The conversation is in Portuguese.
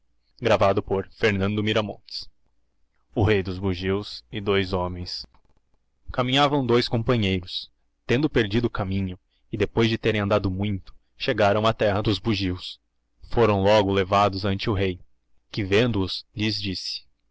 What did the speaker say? destruição o rei dos bugios e dous homens caininhavão dous companheiros tendo perdido o caminho e depois de lerem andado muito chegárilo á terra dos bugios forilo logo levados ante o ílei que vendo oslhes disse